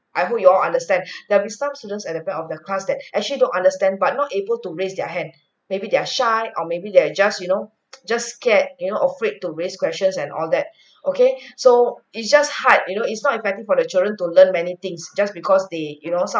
I hope you all understand that will stop students at the back of the class that actually don't understand but not able to raise their hand maybe they're shy or maybe they're just you know just scared you know afraid to raise questions and all that okay so it's just hard you know it's not effective for the children to learn many things just because they you know some